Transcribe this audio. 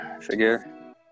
figure